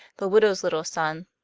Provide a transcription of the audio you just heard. the widow's little son,